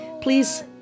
Please